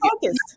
focused